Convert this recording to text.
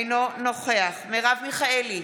אינו נוכח מרב מיכאלי,